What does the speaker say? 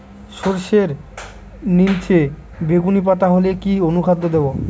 সরর্ষের নিলচে বেগুনি পাতা হলে কি অনুখাদ্য দেবো?